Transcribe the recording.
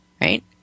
right